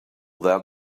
that